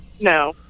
No